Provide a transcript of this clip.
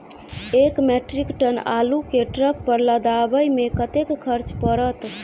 एक metric ton आलु केँ ट्रक पर लदाबै मे कतेक खर्च पड़त?